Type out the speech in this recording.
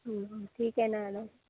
ठिक आहे ना आलो